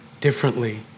differently